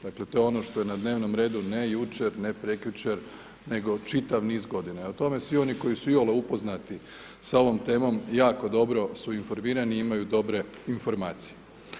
Dakle, to je ono što je na dnevnom redu ne jučer, ne prekjučer, nego čitav niz godina i o tome svi oni koji su iole upoznati sa ovom temom, jako dobro su informirani, imaju dobre informacije.